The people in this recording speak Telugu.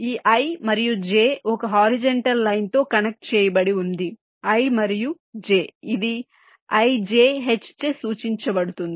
ఈ i మరియు j ఒక హారిజాంటల్ లైన్ తో కనెక్ట్ చేయబడి ఉంది i మరియు j ఇది ijH చే సూచించబడుతుంది